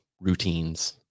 routines